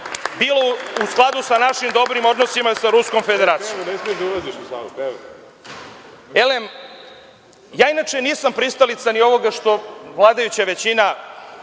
bilo u skladu sa našim dobrim odnosima sa Ruskom Federacijom. Inače nisam pristalica ni ovog što vladajuća većina,